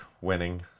winning